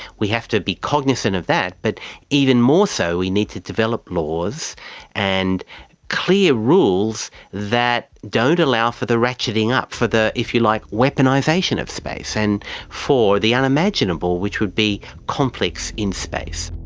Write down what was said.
we have to be cognisant of that, but even more so we need to develop laws and clear rules that don't allow for the ratcheting up, for the, if you like, weaponisation of space and for the unimaginable which would be conflicts in space.